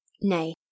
Nay